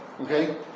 Okay